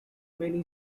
many